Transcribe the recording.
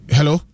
Hello